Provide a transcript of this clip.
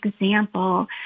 example